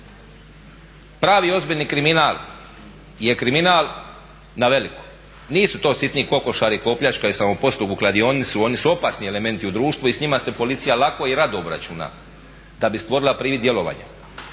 Pravi i ozbiljni kriminal je kriminal na veliko. Nisu to sitni kokošari koji opljačkaju samoposlugu, kladionicu, oni su opasni elementi u društvu i s njima se policija lako i rado obračuna da bi stvorila privid djelovanja.